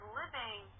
living